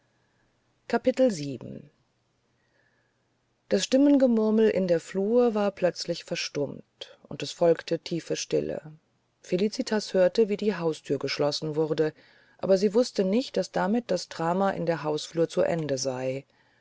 das stimmengemurmel in der flur war plötzlich verstummt und es folgte tiefe stille felicitas hörte wie die hausthür geschlossen wurde aber sie wußte nicht daß damit das drama in der hausflur zu ende sei